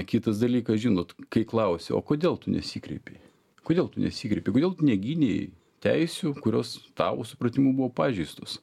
kitas dalykas žinot kai klausia o kodėl tu nesikreipei kodėl tu nesikreipi kodėl tu negynei teisių kurios tavo supratimu buvo pažeistos